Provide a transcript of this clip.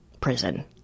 prison